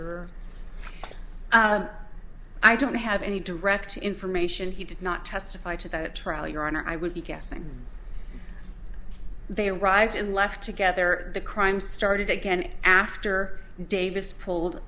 letter i don't have any direct information he did not testify to go to trial your honor i would be guessing they arrived and left together the crime started again after davis pulled